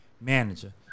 manager